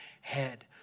head